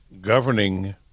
governing